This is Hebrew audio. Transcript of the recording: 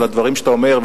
על הדברים שאתה אומר.